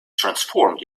transformed